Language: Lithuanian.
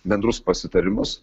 bendrus pasitarimus